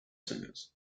singers